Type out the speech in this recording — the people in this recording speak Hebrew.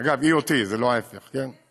אגב, היא אותי, זה לא ההפך, כן?